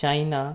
China